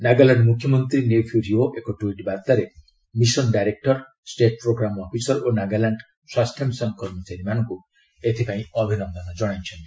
ନାଗାଲାଣ୍ଡ ମୁଖ୍ୟମନ୍ତ୍ରୀ ନେଇଫିଉ ରିଓ ଏକ ଟ୍ସିଟ୍ ବାର୍ତ୍ତାରେ mission director state programme officer ଓ ନାଗାଲାଣ୍ଡ ସ୍ୱାସ୍ଥ୍ୟ ମିଶନ କର୍ମଚାରୀମାନଙ୍କୁ ଅଭିନନ୍ଦନ ଜଣାଇଛନ୍ତି